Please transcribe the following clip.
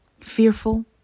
fearful